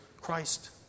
Christ